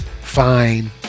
fine